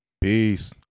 Peace